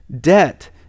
Debt